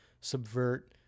subvert